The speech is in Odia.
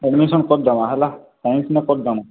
ଆଡ଼ମିସନ୍ କରିଦେବା ହେଲା ସାଇନ୍ସରେ କରିଦେମା